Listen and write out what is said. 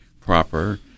proper